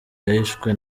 yishwe